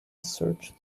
search